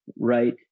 right